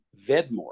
Vedmore